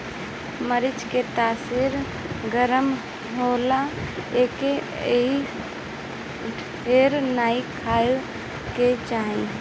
मरीच के तासीर गरम होला एसे एके ढेर नाइ खाए के चाही